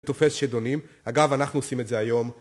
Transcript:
תופס שדונים, אגב אנחנו עושים את זה היום